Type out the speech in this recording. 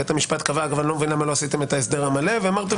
בית המשפט קבע - אני לא מבין למה לא עשיתם את ההסדר המלא ואמרתם